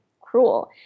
cruel